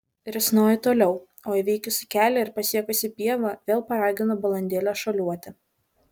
risnoju toliau o įveikusi kelią ir pasiekusi pievą vėl paraginu balandėlę šuoliuoti